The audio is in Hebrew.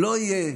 לא יהיה